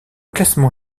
classement